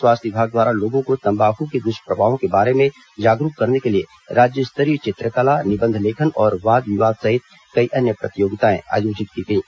स्वास्थ्य विभाग द्वारा लोगों को तम्बाक के दृष्प्रभावों के बारे में जागरूक करने के लिए राज्य स्तरीय चित्रकला निबंध लेखन और वाद विवाद सहित कई अन्य प्रतियोगिताएं आयोजित की गईं